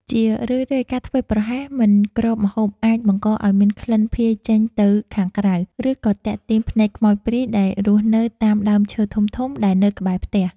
ជារឿយៗការធ្វេសប្រហែសមិនគ្របម្ហូបអាចបង្កឱ្យមានក្លិនភាយចេញទៅខាងក្រៅ ឬក៏ទាក់ទាញភ្នែកខ្មោចព្រាយដែលរស់នៅតាមដើមឈើធំៗដែលនៅក្បែរផ្ទះ។